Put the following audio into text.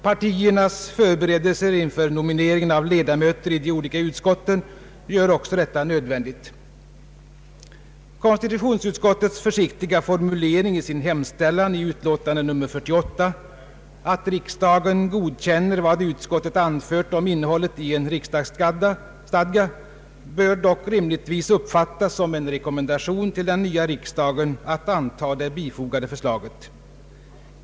Partiernas förberedelser inför nomineringen av ledamöter i de olika utskotten gör också detta nödvändigt. Konstitutionsutskottets försiktiga formulering i sin hemställan i utlåtande nr 48 — att riksdagen godkänner vad utskottet anfört om innehållet i en riksdagsstadga — måste dock rimligtvis uppfattas som en rekommendation till den nya riksdagen att antaga det bifogade förslaget.